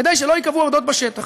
כדי שלא ייקבעו עובדות בשטח.